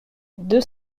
deux